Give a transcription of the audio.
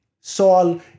Saul